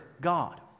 God